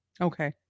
Okay